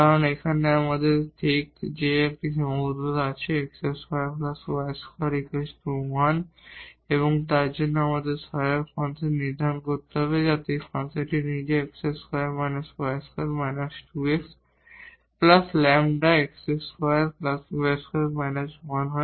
কারণ এখানে আমাদের ঠিক এই সীমাবদ্ধতা আছে যে x2 y2 1 এবং তার জন্য আমাদের সহায়ক ফাংশন নির্ধারণ করতে হবে যাতে এই ফাংশনটি নিজেই x2− y2−2 x λ x2 y2−1 হয়